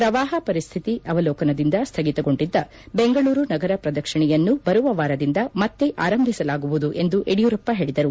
ಪ್ರವಾಹ ಪರಿಸ್ಥಿತಿ ಅವಲೋಕನದಿಂದ ಸ್ಥಗಿತಗೊಂಡಿದ್ದ ಬೆಂಗಳೂರು ನಗರ ಪ್ರದಕ್ಷಿಣೆಯನ್ನು ಬರುವ ವಾರದಿಂದ ಮತ್ತೆ ಆರಂಭಿಸಲಾಗುವುದು ಎಂದು ಯಡಿಯೂರಪ್ಪ ಹೇಳಿದರು